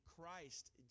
Christ